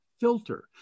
filter